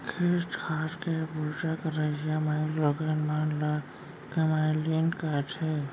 खेत खार के बूता करइया माइलोगन मन ल कमैलिन कथें